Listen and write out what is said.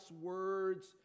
words